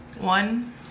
One